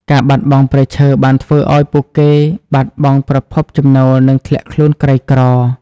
ការបាត់បង់ព្រៃឈើបានធ្វើឱ្យពួកគេបាត់បង់ប្រភពចំណូល និងធ្លាក់ខ្លួនក្រីក្រ។